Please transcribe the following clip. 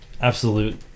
Absolute